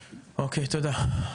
אוקי, תודה.